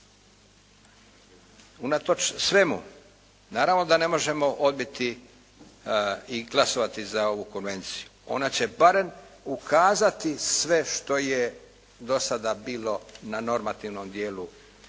Unatoč svemu, naravno da ne možemo odbiti i glasovati za ovu konvenciju. Ona će barem ukazati sve što je do sada bilo na normativnom dijelu